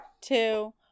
two